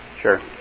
Sure